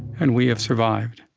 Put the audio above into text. and we have survived.